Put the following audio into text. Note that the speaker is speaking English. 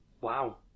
Wow